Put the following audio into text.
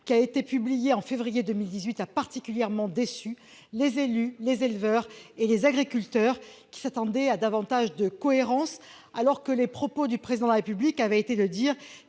2018-2023, publié en février 2018, a particulièrement déçu les élus, les éleveurs et les agriculteurs, qui s'attendaient à davantage de cohérence, alors que le Président de la République avait indiqué